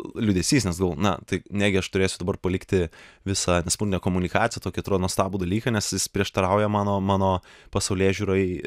liūdesys nes galvojau na tai negi aš turėsiu dabar palikti visą na komunikaciją tokį nuostabų dalyką nes jis prieštarauja mano mano pasaulėžiūrai